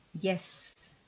yes